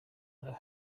that